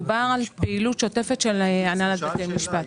מדובר בפעילות שוטפת של הנהלת בתי המשפט.